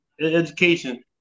education